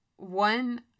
one